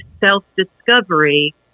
self-discovery